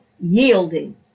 yielding